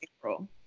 April